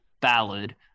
ballad